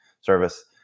service